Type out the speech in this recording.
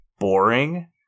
boring